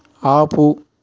ఆపు